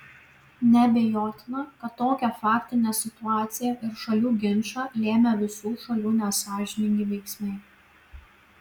neabejotina kad tokią faktinę situaciją ir šalių ginčą lėmė visų šalių nesąžiningi veiksmai